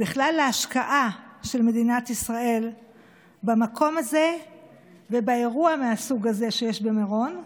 בכלל להשקעה של מדינת ישראל במקום הזה ובאירוע מהסוג הזה שיש במירון,